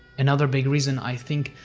another big reason, i think,